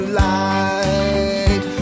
light